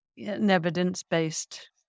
evidence-based